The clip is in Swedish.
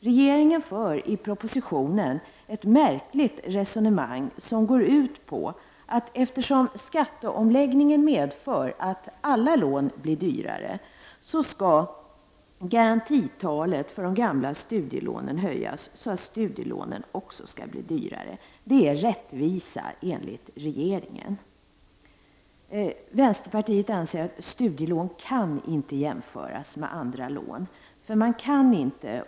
Regeringen för i propositionen ett märkligt resonemang som går ut på att eftersom skatteomläggningen medför att alla lån blir dyrare, så skall garantitalet för de gamla studielånen höjas så att studielånen också blir dyrare. Det är rättvisa enligt regeringen. Vänsterpartiet anser att studielån inte kan jämföras med andra lån.